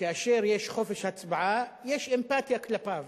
כאשר יש חופש הצבעה יש אמפתיה כלפיו.